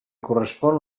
correspon